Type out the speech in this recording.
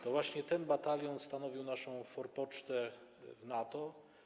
To właśnie ten batalion stanowił naszą forpocztę w NATO.